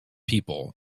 people